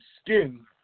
skin